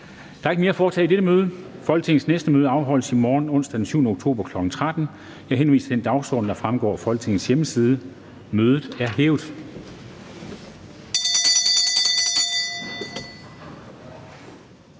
Der er ikke mere at foretage i dette møde. Folketingets næste møde afholdes i morgen, onsdag den 7. oktober 2020, kl. 13.00. Jeg henviser til den dagsorden, der fremgår af Folketingets hjemmeside. Mødet er hævet.